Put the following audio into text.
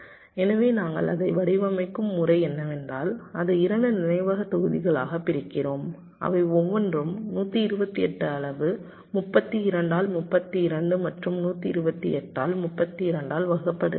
எனவே நாங்கள் அதை வடிவமைக்கும் முறை என்னவென்றால் அதை 2 நினைவக தொகுதிகளாகப் பிரிக்கிறோம் அவை ஒவ்வொன்றும் 128 அளவு 32 ஆல் 32 மற்றும் 128 ஆல் 32 ஆல் வகுக்கப்படுகின்றன